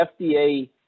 FDA